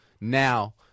now